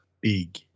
Big